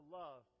love